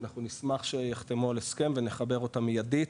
אנחנו נשמח שיחתמו על הסכם ונחבר אותם מיידית,